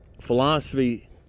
philosophy